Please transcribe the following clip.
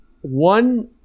one